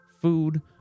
food